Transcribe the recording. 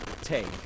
take